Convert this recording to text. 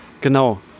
Genau